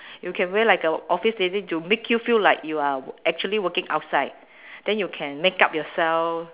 you can wear like a office lady to make you feel like you are actually working outside then you can makeup yourself